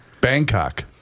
Bangkok